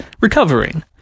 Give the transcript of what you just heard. recovering